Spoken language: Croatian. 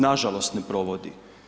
Nažalost ne provodi.